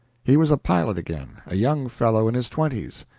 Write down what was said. he was a pilot again a young fellow in his twenties,